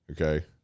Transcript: okay